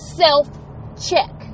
self-check